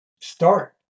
start